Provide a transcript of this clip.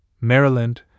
Maryland